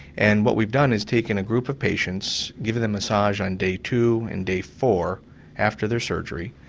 and what we've done is taken a group of patients, given them massage on day two and day four after their surgery,